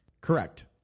Correct